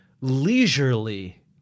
leisurely